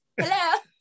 hello